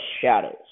shadows